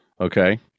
okay